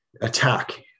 attack